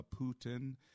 Putin